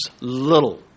little